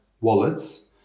wallets